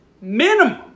minimum